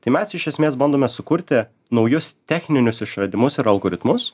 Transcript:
tai mes iš esmės bandome sukurti naujus techninius išradimus ir algoritmus